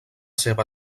seva